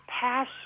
pass